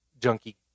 junkie